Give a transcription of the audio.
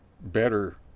better